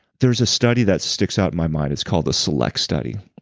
there's a study that sticks out in my mind. it's called the select study.